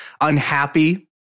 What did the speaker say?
unhappy